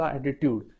Attitude